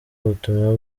ubutumwa